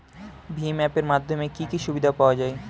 ভিম app এর মাধ্যমে কি কি সুবিধা পাওয়া যায়?